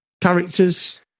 characters